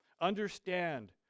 understand